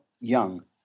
young